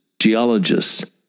geologists